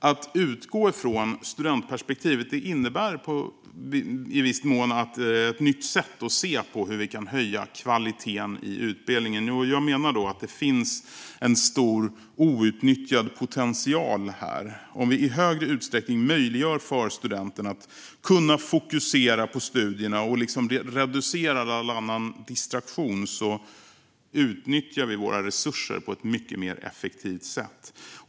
Att utgå från studentperspektivet innebär i viss mån ett nytt sätt att se på hur vi kan höja kvaliteten i utbildningen. Jag menar att det finns en stor outnyttjad potential här. Om vi i större utsträckning möjliggör för studenterna att fokusera på studierna och reducerar all distraktion utnyttjar vi våra resurser på ett mycket mer effektivt sätt.